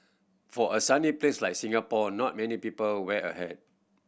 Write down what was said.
for a sunny place like Singapore not many people wear a hat